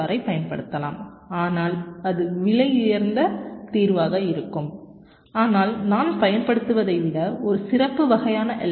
ஆரைப் பயன்படுத்தலாம் ஆனால் அது ஒரு விலையுயர்ந்த தீர்வாக இருக்கும் ஆனால் நான் பயன்படுத்துவதை விட ஒரு சிறப்பு வகையான எல்